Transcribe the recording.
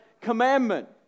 commandment